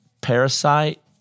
parasite